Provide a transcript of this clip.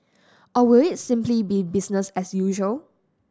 or will it simply be business as usual